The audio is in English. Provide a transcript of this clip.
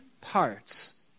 parts